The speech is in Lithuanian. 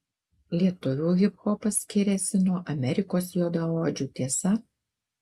lietuvių hiphopas skiriasi nuo amerikos juodaodžių tiesa